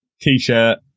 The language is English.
T-shirt